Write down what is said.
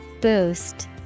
Boost